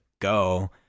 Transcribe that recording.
go